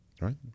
right